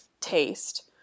taste